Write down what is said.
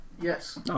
Yes